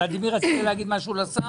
ולדימיר, רצית להגיד משהו לשר?